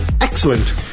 excellent